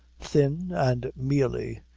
thin and mealy,